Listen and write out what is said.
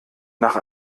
nach